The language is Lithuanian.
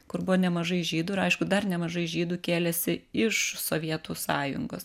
kur buvo nemažai žydų ir aišku dar nemažai žydų kėlėsi iš sovietų sąjungos